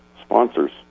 sponsors